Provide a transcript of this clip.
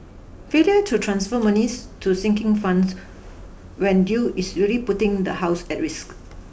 failure to transfer monies to sinking funds when due is really putting the house at risk